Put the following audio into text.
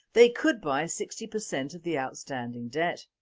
they could buy sixty per cent of the outstanding debt.